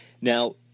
now